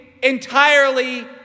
entirely